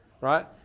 right